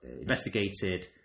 investigated